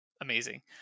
amazing